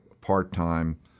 part-time